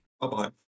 bye-bye